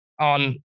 on